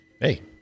Hey